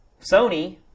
Sony